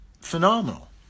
phenomenal